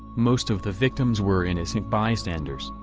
most of the victims were innocent bystanders,